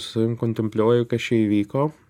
su savim kontempliuoji kas čia įvyko